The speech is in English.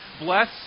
Bless